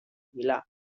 milà